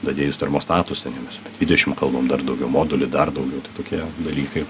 dadėjus termostatus ten minus dvidešim kalbam dar daugiau modulį dar daugiau tai tokie dalykai